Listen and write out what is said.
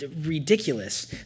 ridiculous